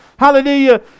Hallelujah